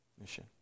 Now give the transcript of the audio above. mission